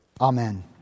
Amen